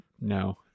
no